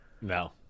No